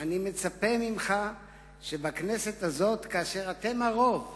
אני מצפה ממך שבכנסת הזאת, כאשר אתם הרוב,